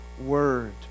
Word